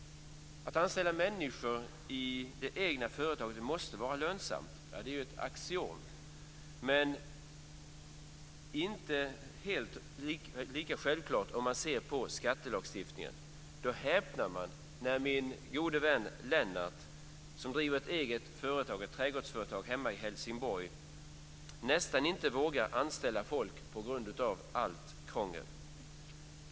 Att anställa människor i det egna företaget måste vara lönsamt. Det är ett axiom, men det verkar inte vara helt självklart i skattelagstiftningen. Jag häpnar när min gode vän Lennart som driver ett eget trädgårdsföretag hemma i Helsingborg knappt vågar anställa folk på grund av allt krångel.